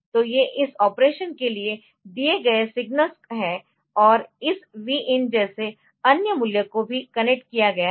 तो ये इस ऑपरेशन के लिए दिए गए सिग्नल्स है और इस Vin जैसे अन्य मूल्य को भी कनेक्ट किया है